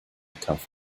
kampf